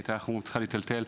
היא היתה צריכה להיטלטל.